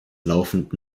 laufend